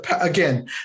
again